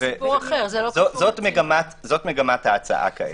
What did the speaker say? זו מגמת ההצעה כעת.